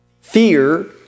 fear